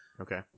Okay